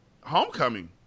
Homecoming